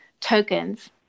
tokens